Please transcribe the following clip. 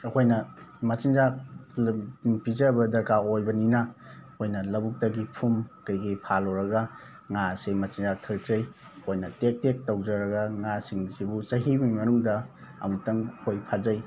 ꯑꯩꯈꯣꯏꯅ ꯃꯆꯤꯟꯖꯥꯛ ꯄꯤꯖꯕ ꯗꯔꯀꯥꯔ ꯑꯣꯏꯕꯅꯤꯅ ꯑꯩꯈꯣꯏꯅ ꯂꯧꯕꯨꯛꯇꯒꯤ ꯐꯨꯝ ꯀꯩꯀꯩ ꯐꯥꯜꯂꯨꯔꯒ ꯉꯥ ꯑꯁꯦ ꯃꯆꯤꯟꯖꯥꯛ ꯊꯥꯛꯆꯩ ꯑꯩꯈꯣꯏꯅ ꯇꯦꯛ ꯇꯦꯛ ꯇꯧꯖꯔꯒ ꯉꯥꯁꯤꯡꯁꯤꯕꯨ ꯆꯍꯤ ꯑꯃꯒꯤ ꯃꯅꯨꯡꯗ ꯑꯃꯨꯛꯇꯪ ꯑꯩꯈꯣꯏ ꯐꯥꯖꯩ